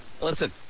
listen